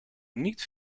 niet